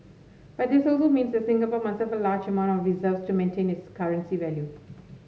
but this also means that Singapore must have a large amount of reserves to maintain its currency value